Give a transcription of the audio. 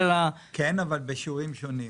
כן, אבל בשיעורים שונים.